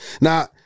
Now